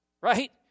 right